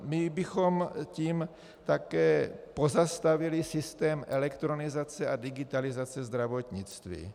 My bychom tím bohužel také pozastavili systém elektronizace a digitalizace zdravotnictví.